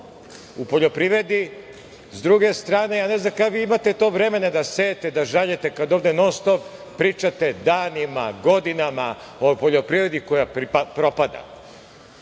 u poljoprivredi.S druge strane, ja ne znam kad imate to vremena da sejete, da žanjete, kada ovde non-stop pričate danima, godinama o poljoprivredi koja propada? Šta